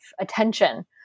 attention